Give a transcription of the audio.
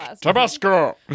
Tabasco